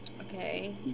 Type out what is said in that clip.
Okay